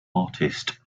artist